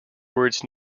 words